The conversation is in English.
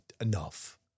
enough